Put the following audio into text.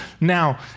now